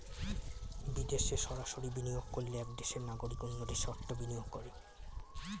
বিদেশে সরাসরি বিনিয়োগ করলে এক দেশের নাগরিক অন্য দেশে অর্থ বিনিয়োগ করে